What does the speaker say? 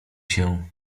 się